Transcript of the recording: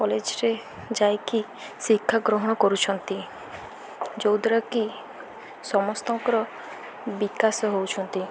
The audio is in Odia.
କଲେଜ୍ରେ ଯାଇକି ଶିକ୍ଷା ଗ୍ରହଣ କରୁଛନ୍ତି ଯେଉଁଦ୍ୱାରା କିି ସମସ୍ତଙ୍କର ବିକାଶ ହେଉଛନ୍ତି